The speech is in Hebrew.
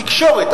זו תקשורת,